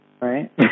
right